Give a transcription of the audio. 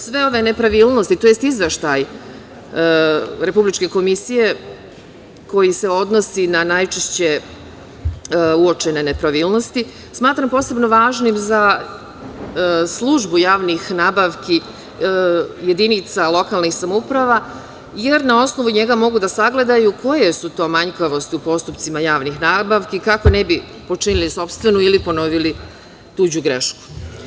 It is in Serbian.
Sve ove nepravilnosti tj. Izveštaj Republičke komisije koji se odnosi na najčešće uočene nepravilnosti smatram posebno važnim za službu javnih nabavki jedinica lokalnih samouprava jer na osnovu njega mogu da sagledaju koje su to manjkavosti u postupcima javnih nabavki kako ne bi počinili sopstvenu ili ponovili tuđu grešku.